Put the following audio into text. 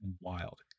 wild